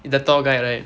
the thor right